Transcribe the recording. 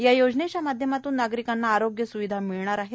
या योजनेच्या माध्यमातून नागरिकांना आरोग्य सुविधा मिळणार आहेत